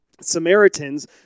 Samaritans